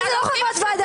מה זה לא חברת ועדה?